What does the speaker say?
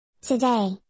Today